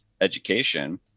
education